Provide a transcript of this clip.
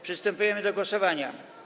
Przystępujemy do głosowania.